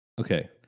Okay